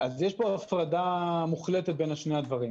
יש פה הפרדה מוחלטת בין שני הדברים.